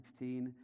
16